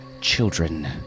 children